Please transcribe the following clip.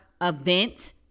event